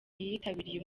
yitabiriye